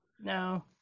No